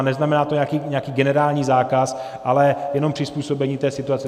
Neznamená to nějaký generální zákaz, ale jenom přizpůsobení situaci.